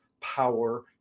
power